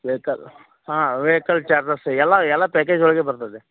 vehicle ಹಾಂ vehicle charges ಎಲ್ಲ ಎಲ್ಲ ಪ್ಯಾಕೇಜ್ ಒಳ್ಗೇ ಬರ್ತದೆ